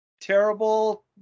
terrible